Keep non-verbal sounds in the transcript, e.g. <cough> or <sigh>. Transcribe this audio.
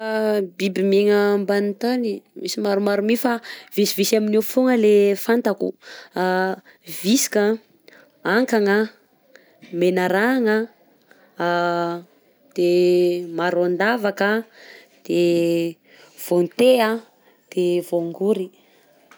<hesitation> biby miegna ambanin'ny tany, misy maromaro mi fa visivisy amin'io fogna le fantako: <hesitation> visika, akagna, menaragna, <hesitation> de maraon-davaka, de vaonte, de vaongory.